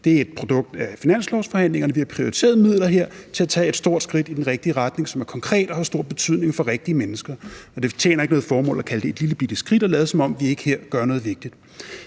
Det er et produkt af finanslovsforhandlingerne. Vi har prioriteret midler her til at tage et stort skridt i den rigtige retning, som er konkret og har stor betydning for rigtige mennesker, og det tjener ikke noget formål at kalde det et lillebitte skridt og lade, som om vi ikke her gør noget vigtigt.